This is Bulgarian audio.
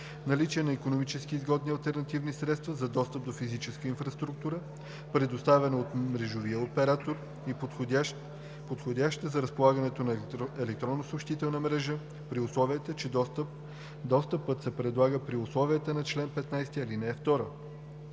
наличие на икономически изгодни алтернативни средства за достъп до физическа инфраструктура, предоставяна от мрежовия оператор и подходяща за разполагането на електронни съобщителни мрежи, при условие че достъпът се предлага при условията на чл. 15, ал. 2.